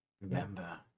Remember